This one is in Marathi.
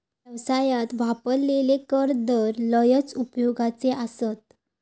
व्यवसायात वापरलेले कर दर लयच उपयोगाचे आसत